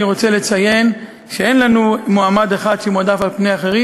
אני רוצה לציין שאין לנו מועמד אחד שמועדף על פני אחרים.